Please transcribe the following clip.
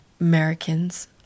Americans